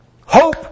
Hope